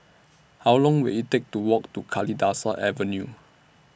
How Long Will IT Take to Walk to Kalidasa Avenue